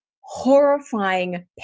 horrifying